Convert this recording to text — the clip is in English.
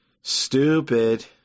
Stupid